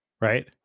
right